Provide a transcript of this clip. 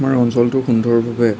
আমাৰ অঞ্চলটো সুন্দৰভাৱে